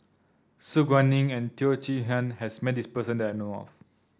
Su Guaning and Teo Chee Hean has met this person that I know of